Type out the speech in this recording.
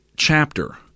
chapter